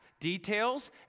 details